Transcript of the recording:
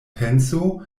penso